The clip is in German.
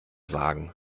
sagen